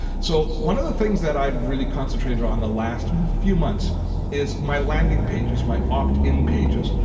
so one of the things that i've really concentrated on the last few months is my landing pages, my opt-in pages.